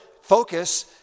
focus